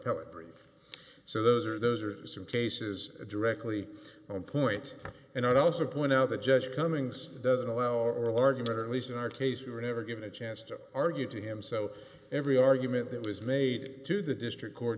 appellate brief so those are those are some cases directly on point and i'd also point out that judge cummings doesn't allow oral argument or at least in our case we were never given a chance to argue to him so every argument that was made to the district court